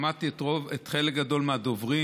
שמעתי את רוב או חלק גדול מהדוברים,